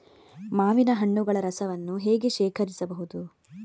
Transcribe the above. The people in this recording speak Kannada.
ಮಾವಿನ ಹಣ್ಣುಗಳ ರಸವನ್ನು ಹೇಗೆ ಶೇಖರಿಸಬಹುದು?